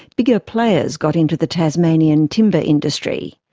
bigger players got into the tasmanian timber industry.